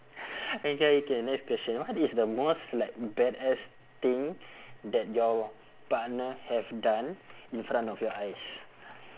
okay okay next question what is the most like badass thing that your partner have done in front of your eyes